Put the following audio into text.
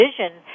vision